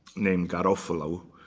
named garofalo.